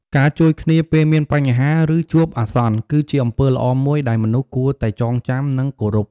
ការជួយគ្នា ពេលមានបញ្ហា ឬជួបអាសន្ន គឺជាអំពើល្អមួយ ដែលមនុស្សគួរតែចងចាំ និងគោរព។